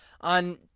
on